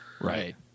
Right